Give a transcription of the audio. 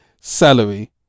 salary